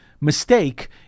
mistake